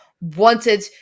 wanted